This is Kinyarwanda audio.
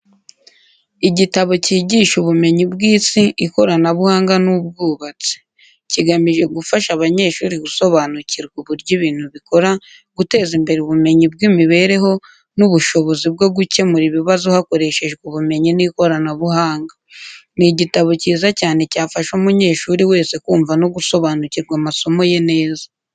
Igitabo cyigisha ubumenyi bw’isi, ikoranabuhanga n’ubwubatsi. Kigamije gufasha abanyeshuri gusobanukirwa uburyo ibintu bikora, guteza imbere ubumenyi bw’imibereho, n’ubushobozi bwo gukemura ibibazo hakoreshejwe ubumenyi n’ikoranabuhanga. Ni igitabo kiza cyane cyafasha umunyeshuri wese kumva no gusobanukirwa amasomo ye neza.